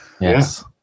Yes